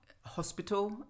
hospital